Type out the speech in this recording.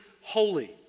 holy